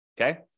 Okay